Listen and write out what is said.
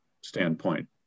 standpoint